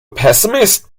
pessimist